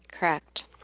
Correct